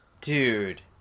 dude